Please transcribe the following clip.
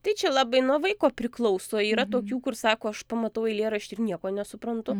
tai čia labai nuo vaiko priklauso yra tokių kur sako aš pamatau eilėraštį ir nieko nesuprantu